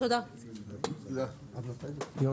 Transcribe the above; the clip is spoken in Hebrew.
(היו"ר אורי